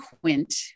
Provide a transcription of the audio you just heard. Quint